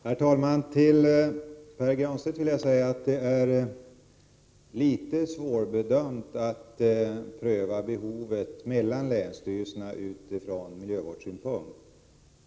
Herr talman! Det är litet svårt att pröva de behov som olika länsstyrelser har utifrån miljövårdssynpunkt.